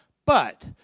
but.